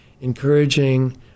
encouraging